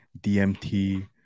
DMT